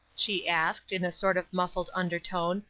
she asked, in a sort of muffled undertone,